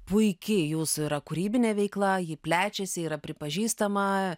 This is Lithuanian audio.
puiki jūsų yra kūrybinė veikla ji plečiasi yra pripažįstama